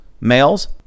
males